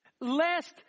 Lest